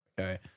okay